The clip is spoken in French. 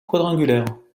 quadrangulaire